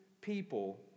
people